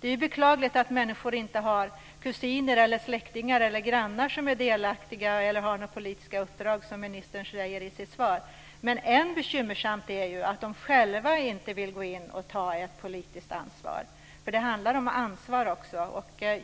Det är beklagligt att människor inte har kusiner, släktingar eller grannar som är delaktiga eller har politiska uppdrag, som ministern säger i sitt svar. Men än mer bekymmersamt är ju att de själva inte vill gå in och ta ett politiskt ansvar - för det handlar också om ansvar.